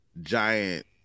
giant